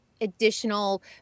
additional